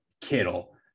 Kittle